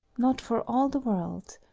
not for all the world.